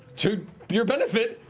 to your benefit,